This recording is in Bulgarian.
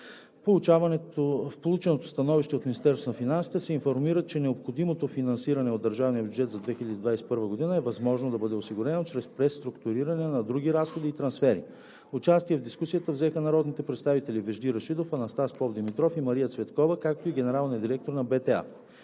от Министерството на финансите се информира, че необходимото финансиране от държавния бюджет за 2021 г. е възможно да бъде осигурено чрез преструктуриране на други разходи и трансфери. Участие в дискусията взеха народните представители Вежди Рашидов, Анастас Попдимитров и Мария Цветкова, както и генералният директор на БТА.